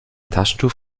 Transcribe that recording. taschentuch